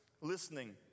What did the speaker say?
listening